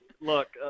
Look